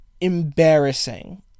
embarrassing